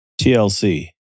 TLC